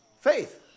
faith